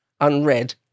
unread